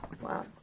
Wow